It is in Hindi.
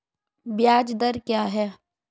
ब्याज दर क्या है?